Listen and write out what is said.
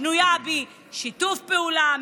בנויה משיתוף פעולה,